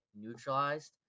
neutralized